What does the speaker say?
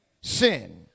sin